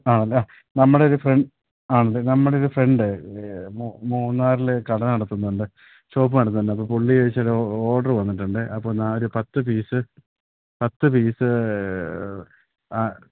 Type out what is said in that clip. ആ അതാണ് നമ്മുടെ ഒരു ഫ്രണ്ട് ആ ഉണ്ട് നമ്മുടെ ഒരു ഫ്രണ്ട് മൂന്നാറിൽ കട നടത്തുന്നുണ്ട് ഷോപ്പ് നടത്തുന്നുണ്ട് അപ്പം പുള്ളി അയച്ച ഒരു ഓർഡർ വന്നിട്ടുണ്ട് അപ്പം നാല് പത്ത് പീസ് പത്ത് പീസ് ആ